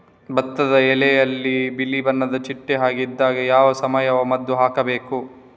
ಭತ್ತದ ಎಲೆಯಲ್ಲಿ ಬಿಳಿ ಬಣ್ಣದ ಚಿಟ್ಟೆ ಹಾಗೆ ಇದ್ದಾಗ ಯಾವ ಸಾವಯವ ಮದ್ದು ಹಾಕಬೇಕು?